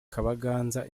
kabaganza